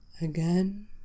Again